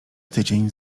tydzień